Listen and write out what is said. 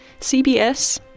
CBS